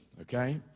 okay